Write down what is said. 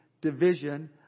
division